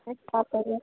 ଏଇ ଷ୍ଟାର୍ଟ କରିବା